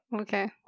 Okay